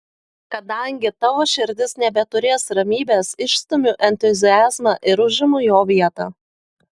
kadangi tavo širdis nebeturės ramybės išstumiu entuziazmą ir užimu jo vietą